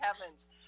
heavens